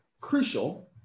crucial